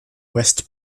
west